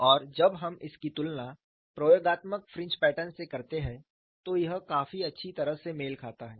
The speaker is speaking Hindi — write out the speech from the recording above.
और जब हम इसकी तुलना प्रयोगात्मक फ्रिंज पैटर्न से करते हैं तो यह काफी अच्छी तरह से मेल खाता है